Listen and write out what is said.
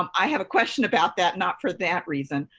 um i have a question about that, not for that reason,